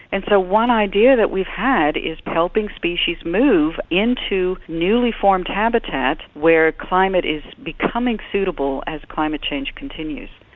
and so one idea that we've had is helping species move into newly formed habitat where climate is becoming suitable as climate change continues.